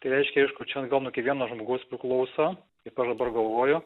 reiškė iškočioti gaunu kiekvienas žmogus priklauso ypač dabar galvoju